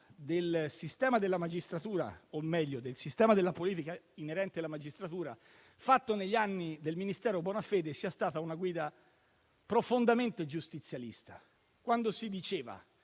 del sistema della magistratura - o, meglio, del sistema della politica inerente alla magistratura - negli anni del ministero Bonafede sia stata profondamente giustizialista. Quando si diceva